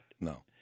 No